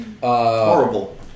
horrible